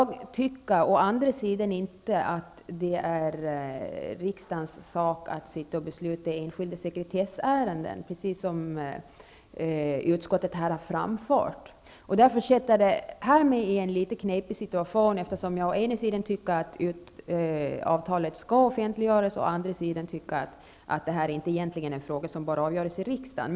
Å andra sidan tycker jag inte att det är riksdagens sak att fatta beslut i enskilda sekretessärenden, precis som utskottet har framhållit. Därför försätter det här mig i en litet knepig situation, eftersom jag dels tycker att avtalet skall offentliggöras, dels tycker att frågan inte bör avgöras i riksdagen.